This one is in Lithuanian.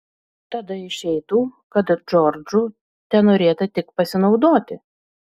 tada išeitų kad džordžu tenorėta tik pasinaudoti